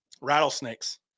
rattlesnakes